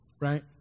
Right